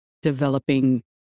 developing